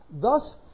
Thus